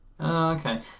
Okay